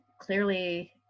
clearly